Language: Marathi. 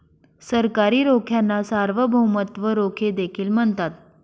सरकारी रोख्यांना सार्वभौमत्व रोखे देखील म्हणतात